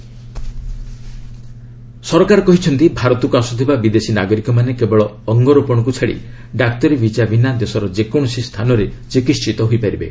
foreigner visa ସରକାର କହିଛନ୍ତି ଭାରତକୁ ଆସୁଥିବା ବିଦେଶୀ ନାଗରିକମାନେ କେବଳ ଅଙ୍ଗରୋପଣକୁ ଛାଡି ଡାକ୍ତରୀ ଭିଜା ବିନା ଦେଶର ଯେକୌଣସି ସ୍ଥାନରେ ଚିକିତ୍ସତ ହୋଇପାରିବେ